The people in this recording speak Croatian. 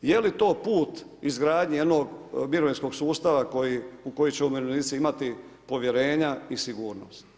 Je li to put izgradnje jednog mirovinskog sustava u koji će umirovljenici imati povjerenja i sigurnost?